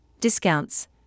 discounts